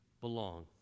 belong